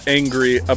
angry